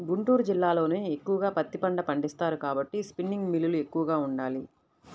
గుంటూరు జిల్లాలోనే ఎక్కువగా పత్తి పంట పండిస్తారు కాబట్టి స్పిన్నింగ్ మిల్లులు ఎక్కువగా ఉండాలి